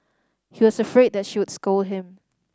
he was afraid that she would scold him